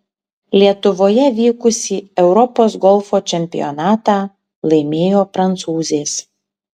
lietuvoje vykusį europos golfo čempionatą laimėjo prancūzės